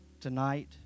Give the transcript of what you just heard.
tonight